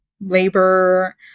labor